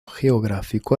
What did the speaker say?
geográfico